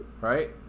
Right